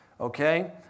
okay